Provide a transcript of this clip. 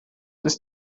ist